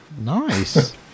Nice